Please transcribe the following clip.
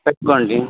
చెప్పుకోండి